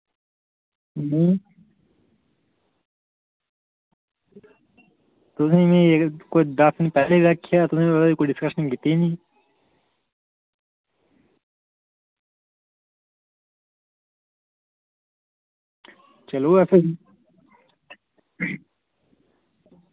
तुसें ई एह् में कोई दस्स दिन पैह्लें बी आखेआ तुसें कोई डिसकशन कीती नेईं चलो असें